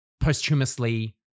posthumously